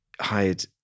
hired